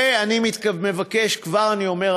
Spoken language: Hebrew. ואני מבקש כבר אני כבר אומר,